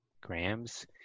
grams